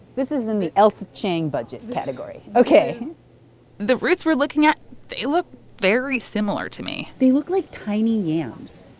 this is in the ailsa chang budget category. ok the roots we're looking at they look very similar to me they look like tiny yams